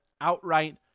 outright